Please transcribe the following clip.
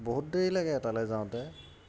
বহুত দেৰি লাগে তালৈ যাওঁতে